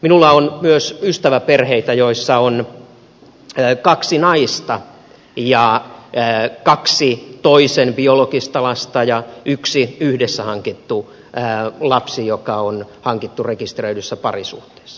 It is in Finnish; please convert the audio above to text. minulla on myös ystäväperhe jossa on kaksi naista ja kaksi toisen biologista lasta sekä yksi yhdessä hankittu lapsi joka on hankittu rekisteröidyssä parisuhteessa